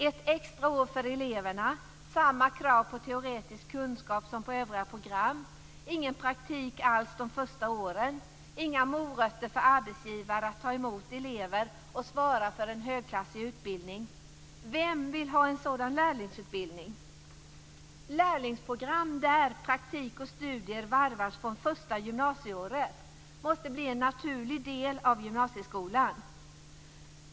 Ett extra år för eleverna, samma krav på teoretisk kunskap som på övriga program, ingen praktik alls de första åren, inga morötter för arbetsgivare att ta emot elever och svara för en högklassig utbildning. Vem vill ha en sådan lärlingsutbildning? Lärlingsprogram där praktik och studier varvas från första gymnasieåret måste bli en naturlig del av gymnasieskolan.